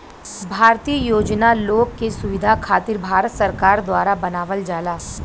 भारतीय योजना लोग के सुविधा खातिर भारत सरकार द्वारा बनावल जाला